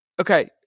Okay